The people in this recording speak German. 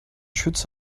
schütz